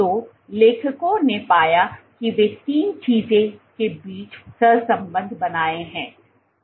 तो लेखकों ने पाया कि वे तीन चीजों के बीच सहसंबंध बनाए है